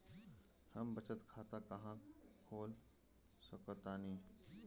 हम बचत खाता कहां खोल सकतानी?